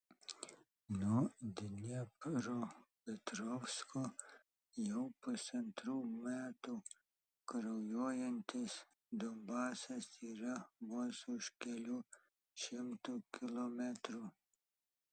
nuo dniepropetrovsko jau pusantrų metų kraujuojantis donbasas yra vos už kelių šimtų kilometrų